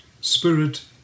spirit